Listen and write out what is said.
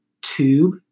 tube